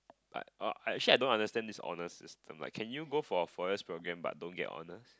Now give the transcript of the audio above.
but orh actually I don't understand this honours system like can you go for a four years programme but don't get honours